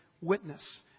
Witness